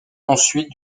ensuite